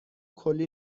کلی